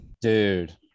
Dude